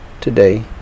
today